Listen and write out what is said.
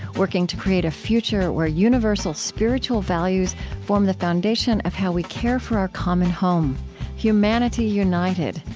working to create a future where universal spiritual values form the foundation of how we care for our common home humanity united,